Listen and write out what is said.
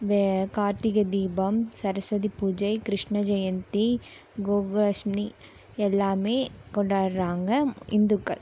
வே கார்த்திகை தீபம் சரஸ்வதி பூஜை கிருஷ்ண ஜெயந்தி கோகுலாஷ்டமி எல்லாம் கொண்டாடுறாங்க இந்துக்கள்